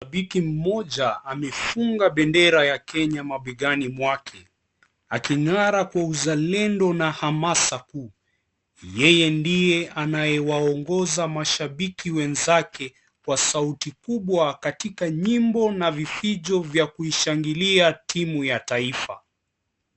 Shabiki mmoja amefunga bendera ya Kenya mabegani mwake aking'ara kwa uzalendo na hamasa kuu yeye ndiye anayewaongoza mashabiki wenzake kwa sauti kubwa katika nyimbo na vifijo vya kuishangilia timu ya taifa.